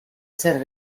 ser